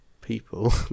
people